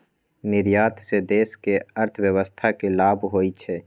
निर्यात से देश के अर्थव्यवस्था के लाभ होइ छइ